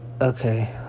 Okay